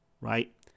right